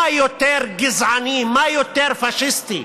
מה יותר גזעני, מה יותר פאשיסטי,